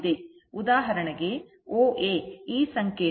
ಉದಾಹರಣೆಗೆ OA ಈ ಸಂಕೇತ i ಗೆ ಸಮನಾಗಿರುತ್ತದೆ ಎಂದು ಭಾವಿಸೋಣ